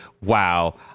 wow